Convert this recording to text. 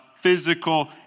physical